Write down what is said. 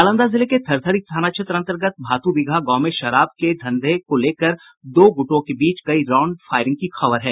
नालंदा जिले के थरथरी थाना क्षेत्र अंतर्गत भातुबिगहा गांव में शराब की धंधे को लेकर दो गुटों के बीच कई राउंड फायरिंग की खबर है